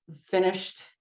finished